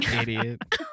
Idiot